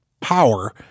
power